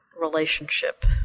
relationship